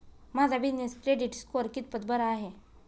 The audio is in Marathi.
माझा बिजनेस क्रेडिट स्कोअर कितपत बरा आहे?